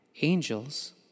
angels